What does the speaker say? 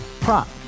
prop